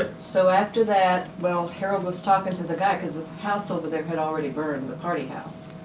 ah so after that, well, harold was talking to the guy cause a house over there had already burned, the party house.